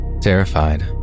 Terrified